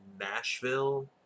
Nashville